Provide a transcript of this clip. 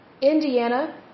Indiana